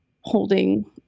holding